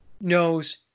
knows